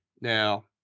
Now